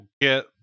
get